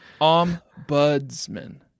Ombudsman